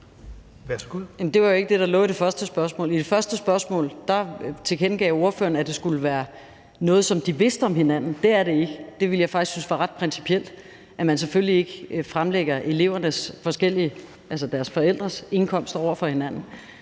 Det var jo ikke det, der lå i det første spørgsmål. I det første spørgsmål tilkendegav ordføreren, at det skulle være noget, som de vidste om hinanden. Det er det ikke. Det ville jeg faktisk synes var ret principielt, altså at man selvfølgelig ikke fremlægger elevernes forældres forskellige indkomster over for hinanden.